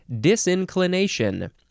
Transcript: disinclination